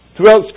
Throughout